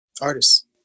artists